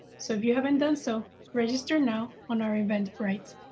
so if you haven't done, so register now on our event brite.